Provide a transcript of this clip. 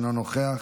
אינו נוכח,